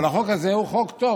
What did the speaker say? אבל החוק הזה הוא חוק טוב,